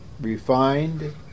refined